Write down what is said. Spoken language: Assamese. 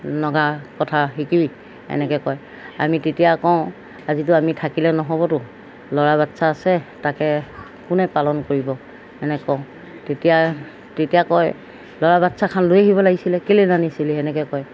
নগা কথা শিকি এনেকৈ কয় আমি তেতিয়া কওঁ আজিতো আমি থাকিলে নহ'বতো ল'ৰা বাচ্ছা আছে তাকে কোনে পালন কৰিব এনেকৈ কওঁ তেতিয়া তেতিয়া কয় ল'ৰা বাচ্ছাখন লৈ আহিব লাগিছিলে কেলৈ নানিছিলি সেনেকৈ কয়